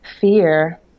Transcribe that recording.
Fear